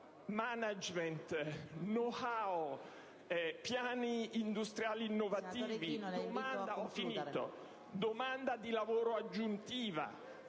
*management*, *know how*, piani industriali innovativi, domanda di lavoro aggiuntiva.